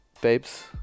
babes